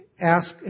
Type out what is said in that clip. ask